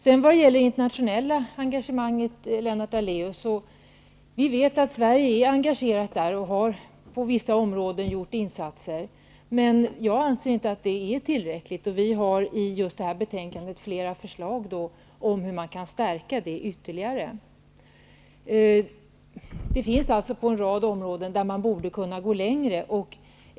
Vidare har vi frågan om det internationella engagemanget, Lennart Daléus. Vi vet att Sverige är engagerat och har gjort insatser på vissa områden. Men jag anser att det inte är tillräckligt. Vi har i det här betänkandet lagt fram förslag om hur engagemanget kan stärkas ytterligare. Man borde kunna gå längre på en rad områden.